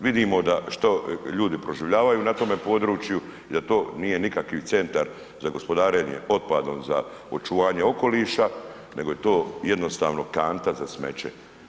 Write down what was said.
Vidimo da što ljudi proživljavaju na tome području i da to nije niakav centar za gospodarenje otpadom za očuvanje okoliša nego je to jednostavno kanta za smeće.